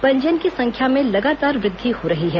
पंजीयन की संख्या में लगातार वृद्धि हो रही है